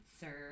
sir